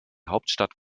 hauptstadt